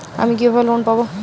আমি কিভাবে লোন পাব?